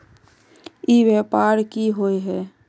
ई व्यापार की होय है?